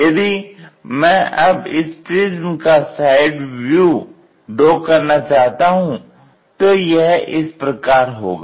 यदि मैं अब इस प्रिज्म का साइड व्यू ड्रॉ करना चाहता हूं तो यह इस प्रकार होगा